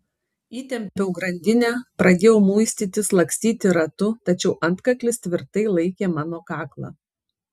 įtempiau grandinę pradėjau muistytis lakstyti ratu tačiau antkaklis tvirtai laikė mano kaklą